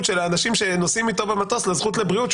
של האנשים שנוסעים איתו במטוס לבריאות,